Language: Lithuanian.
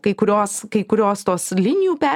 kai kurios kai kurios tos linijų